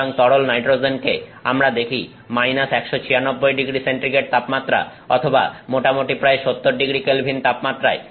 সুতরাং তরল নাইট্রোজেনকে আমরা দেখি মাইনাস 196ºC তাপমাত্রা অথবা মোটামুটি প্রায় 70ºK তাপমাত্রায়